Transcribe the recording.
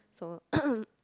so